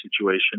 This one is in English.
situation